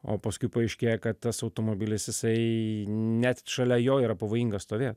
o paskui paaiškėja kad tas automobilis jisai net šalia jo yra pavojinga stovėt